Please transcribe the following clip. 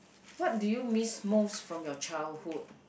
what do you miss most from your childhood